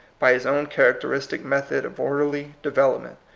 by his own characteristic method of orderly development,